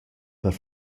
per